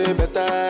better